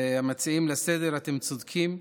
והמציעים לסדר-היום, אתם צודקים,